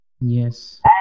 Yes